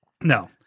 no